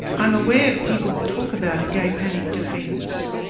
i'm aware people talk about a gay panic defence,